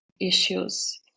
issues